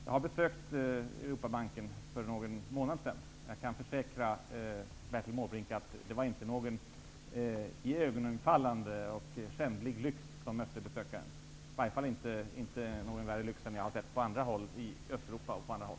Jag har besökt Europeiska utvecklingsbanken för någon månad sedan, och jag kan försäkra Bertil Måbrink att det inte var någon iögonfallande och skändlig lyx som mötte besökaren, i varje fall inte någon värre lyx än vad jag har sett i Östeuropa och på andra håll.